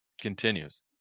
continues